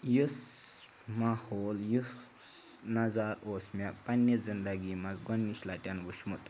یُس ماحول یُس نظارٕ اوس مےٚ پنٛنہِ زِندگی منٛز گۄڈنِچ لَٹہِ وٕچھمُت